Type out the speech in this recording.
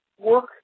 Work